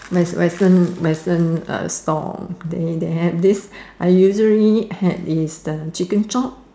western western store they they have this I usually had is the chicken chop